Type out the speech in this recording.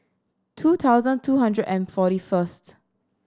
two thousand two hundred and forty first